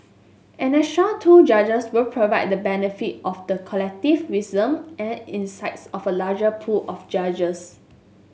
an extra two judges will provide the benefit of the collective wisdom and insights of a larger pool of judges